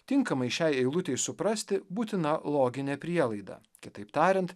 tinkamai šiai eilutei suprasti būtina loginė prielaida kitaip tariant